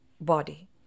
body